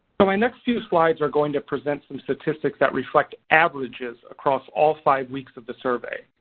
so my next few slides are going to present some statistics that reflect averages across all five weeks of the survey.